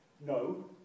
No